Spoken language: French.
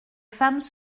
femmes